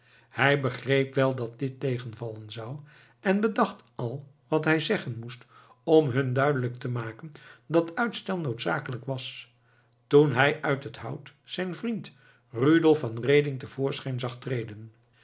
hij begreep wel dat dit tegenvallen zou en bedacht al wat hij zeggen moest om hun duidelijk te maken dat uitstel noodzakelijk was toen hij uit het hout zijn vriend rudolf van reding te voorschijn zag treden